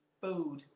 Food